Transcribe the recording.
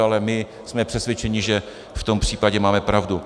Ale my jsme přesvědčeni, že v tom případě máme pravdu.